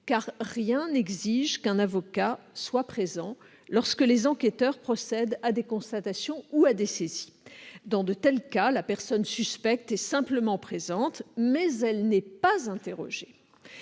car rien n'exige qu'un avocat soit présent lorsque les enquêteurs procèdent à des constatations ou à des saisies. Dans de tels cas, la personne suspecte est simplement présente, mais elle n'est pas interrogée.